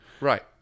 Right